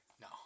No